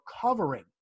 covering